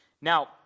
Now